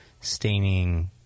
staining